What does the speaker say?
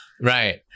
Right